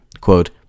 Quote